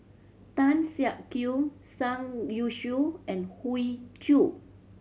Tan Siak Kew Youshuo and Hoey Choo